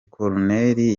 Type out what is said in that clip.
koruneli